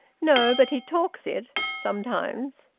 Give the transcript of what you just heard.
no, but he talks it sometimes.